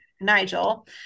Nigel